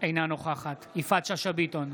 אינה נוכחת יפעת שאשא ביטון,